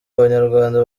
abanyarwanda